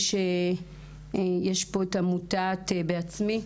שיש פה את עמותת "בעצמי".